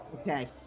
Okay